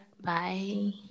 bye